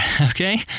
okay